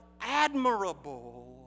admirable